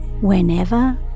whenever